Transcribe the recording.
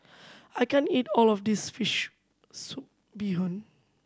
I can't eat all of this fish soup bee hoon